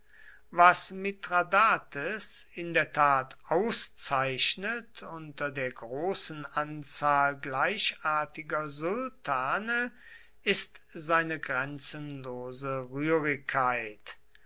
was mithradates in der tat auszeichnet unter der großen anzahl gleichartiger sultane ist seine grenzenlose